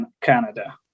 Canada